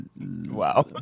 Wow